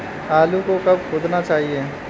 आलू को कब खोदना चाहिए?